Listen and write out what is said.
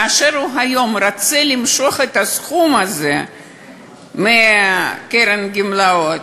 היום כאשר הוא רוצה למשוך את הסכום הזה מקרן הגמלאות,